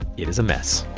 it is a mess